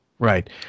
Right